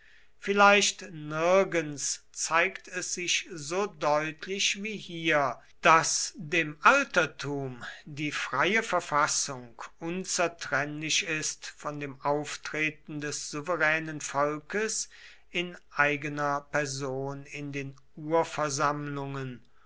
vielleicht nirgends zeigt es sich so deutlich wie hier daß dem altertum die freie verfassung unzertrennlich ist von dem auftreten des souveränen volkes in eigener person in den urversammlungen